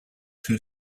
two